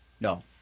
no